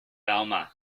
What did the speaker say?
alma